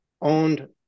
owned